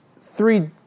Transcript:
three